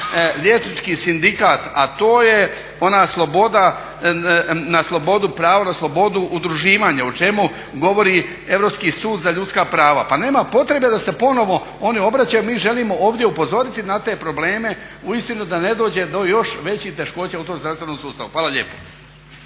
liječnički sindikat a to je ona sloboda, pravo na slobodu udruživanja o čemu govori Europski sud za ljudska prava. Pa nema potrebe da se ponovno oni obraćaju. Mi želimo ovdje upozoriti na te probleme uistinu da ne dođe do još većih teškoća u tom zdravstvenom sustavu. Hvala lijepo.